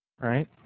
right